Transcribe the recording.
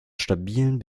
stabilen